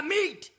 Meat